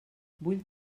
vull